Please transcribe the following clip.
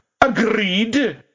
Agreed